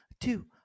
two